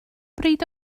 bryd